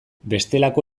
bestelako